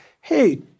hey